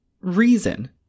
Reason